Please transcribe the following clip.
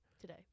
today